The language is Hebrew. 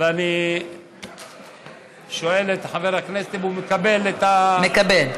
ואני שואל את חבר הכנסת אם הוא מקבל, מקבל.